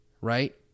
right